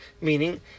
meaning